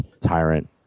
Tyrant